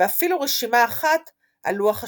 ואפילו רשימה אחת על לוח השנה.